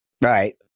Right